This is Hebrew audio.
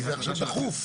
כי זה עכשיו דחוף.